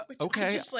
Okay